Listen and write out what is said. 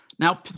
Now